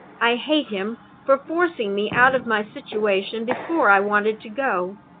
i hate him for forcing me out of my situation before i wanted to go.